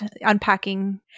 unpacking